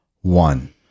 one